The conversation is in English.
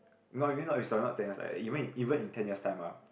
no I mean not ten years like even in even in ten years time ah